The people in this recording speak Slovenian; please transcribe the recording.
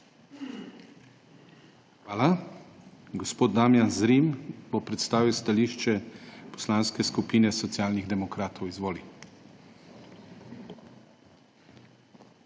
skupin. Gospod Damijan Zrim bo predstavil stališče Poslanske skupine Socialnih demokratov. Izvolite.